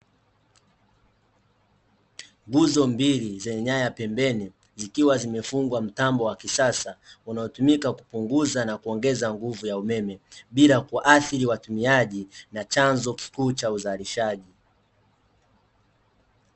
Nguzo mbili zenye nyaya pembeni zikiwa zimefungwa mtambo wa kisasa unaotumika kupunguza na kuongeza nguvu ya umeme bila kuathiri watumaji na chanzo kikuu cha uzalishaji.